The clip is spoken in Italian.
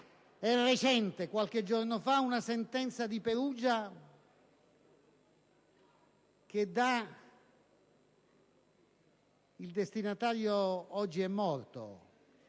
È recente, di qualche giorno fa, una sentenza di Perugia. Il destinatario oggi è morto.